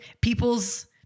people's